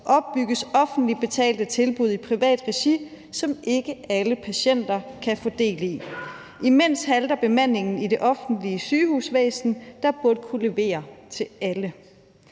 opbygges offentligt betalte tilbud i privat regi, som ikke alle patienter kan få del i. Imens halter bemandingen i det offentlige sygehusvæsen, der burde kunne levere til alle.